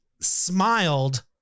smiled